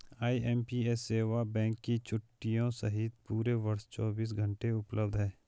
IMPS सेवा bank की छुट्टियों सहित पूरे वर्ष चौबीस घंटे उपलब्ध है